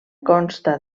consta